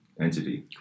entity